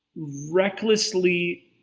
recklessly.